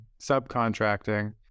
subcontracting